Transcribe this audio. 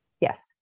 Yes